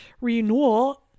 renewal